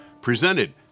Presented